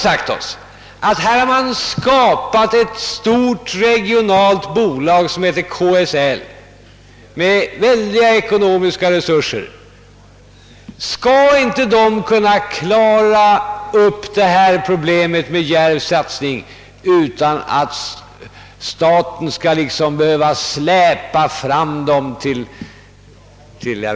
Men det har ju skapats ett stort regionalt kommunalförbund som kallas KSL med stora ekonomiska resurser. Skall inte KSL kunna lösa problemet med en djärv satsning utan att staten liksom skall behöva träda till?